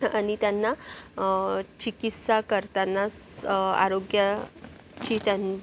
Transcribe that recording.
आणि त्यांना चिकित्सा करतांना स आरोग्याची त्यांची